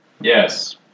Yes